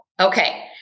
okay